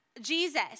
Jesus